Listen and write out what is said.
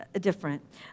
different